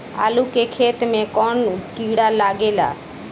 आलू के खेत मे कौन किड़ा लागे ला?